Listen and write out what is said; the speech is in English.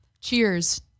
Cheers